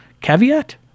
caveat